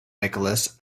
nicholas